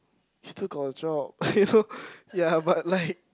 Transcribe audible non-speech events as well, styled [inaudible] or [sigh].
still got a job [laughs] eh you know ya but like